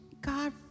God